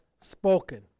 spoken